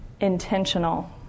intentional